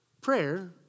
Prayer